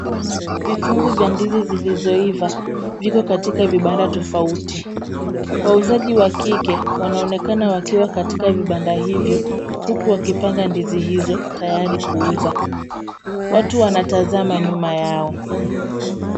Vifungu vya ndizi zilizoiva viko katika vibanda tofauti. Wauzaji wa kike wanaonekana wakiwa katika vibanda hivyo, huku wakipanga ndizi hizo tayari kuuza. Watu wanatazama nyuma yao.